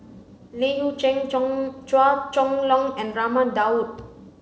Li Hui Cheng Chua Chong Long and Raman Daud